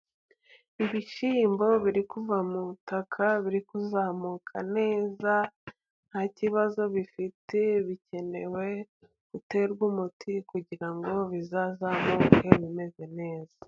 Ibishyimbo biri kuva mu butaka, biri kuzamuka neza nta kibazo bifite, bikenewe guterwa umuti kugira ngo bizazamuke bimeze neza.